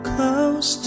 Close